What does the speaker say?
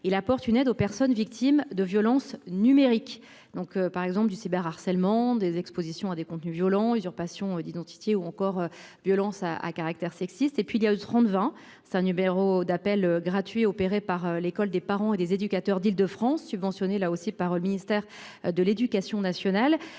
il apporte une aide aux personnes victimes de violences numérique. Donc par exemple du cyber harcèlement des expositions à des contenus violents usurpation d'identité ou encore violences à caractère sexiste et puis il y a eu 30 c'est un numéro d'appel gratuit opérée par l'école des parents et des éducateurs d'Île-de-France subventionner là aussi par le ministère de l'Éducation nationale.